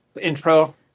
Intro